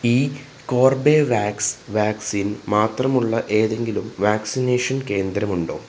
ഈ Corbevax vaccine മാത്രമുള്ള ഏതെങ്കിലും വാക്സിനേഷൻ കേന്ദ്രമുണ്ടോ